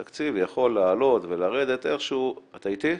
התקציב יכול לעלות ולרדת --- אתה איתי,